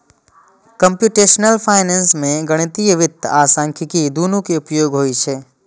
computational finance मे गणितीय वित्त आ सांख्यिकी, दुनू के उपयोग होइ छै